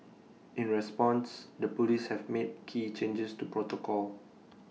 in response the Police have made key changes to protocol